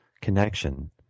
connection